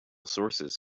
sources